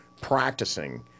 practicing